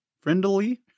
friendly